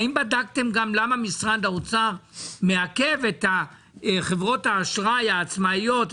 האם גם בדקתם למה משרד האוצר מעכב את חברות האשראי העצמאיות,